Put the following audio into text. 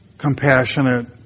compassionate